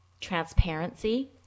transparency